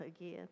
again